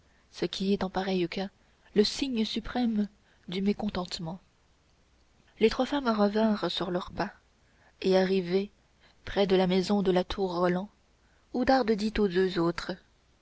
ce qui est en pareil cas le signe suprême du mécontentement les trois femmes revinrent sur leurs pas et arrivées près de la maison de la tour roland oudarde dit aux deux autres